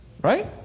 Right